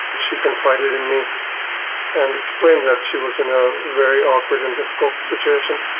she confided in me and explained that she was in a very awkward and difficult situation.